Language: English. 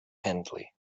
hendley